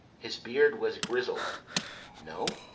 his beard was grizzled no?